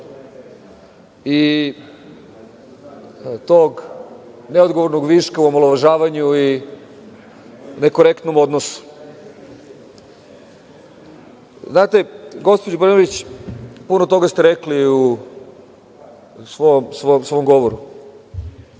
i tog neodgovornog viška u omalovažavanju i nekorektnom odnosu. Gospođo Brnabić, puno toga ste rekli u svom govoru.